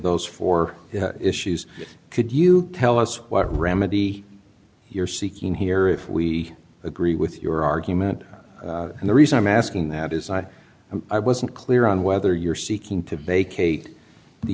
those four issues could you tell us what remedy you're seeking here if we agree with your argument and the reason i'm asking that is i who i wasn't clear on whether you're seeking to bake a the